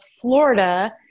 Florida